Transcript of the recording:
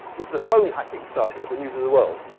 is the phone hacking saga at the news of the world.